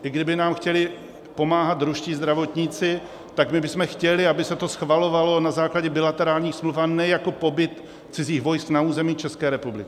I kdyby nám chtěli pomáhat ruští zdravotníci, tak my bychom chtěli, aby se to schvalovalo na základě bilaterálních smluv, a ne jako pobyt cizích vojsk na území České republiky.